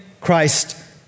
Christ